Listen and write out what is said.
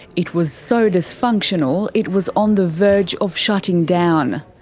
it was so dysfunctional, it was on the verge of shutting down.